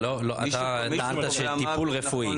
אתה טענת על טיפול רפואי.